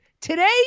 Today